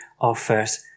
offers